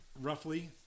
roughly